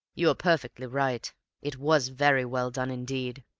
you are perfectly right it was very well done indeed.